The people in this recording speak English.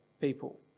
people